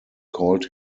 called